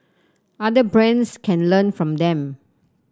other brands can learn from them